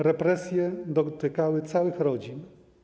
Represje dotykały całych rodzin.